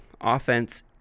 offense